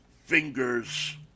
fingers